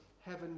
heaven